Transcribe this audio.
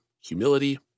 humility